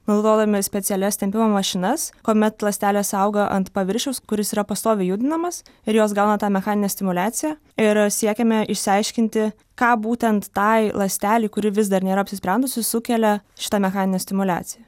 naudodami specialias tempimo mašinas kuomet ląstelės auga ant paviršiaus kuris yra pastoviai judinamas ir jos gauna tą mechaninę stimuliaciją ir siekėme išsiaiškinti ką būtent tai ląstelei kuri vis dar nėra apsisprendusi sukelia šita mechaninė stimuliacija